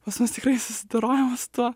pas mus tikrai susidorojama su tuo